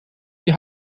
die